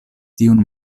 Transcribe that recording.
tiun